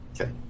Okay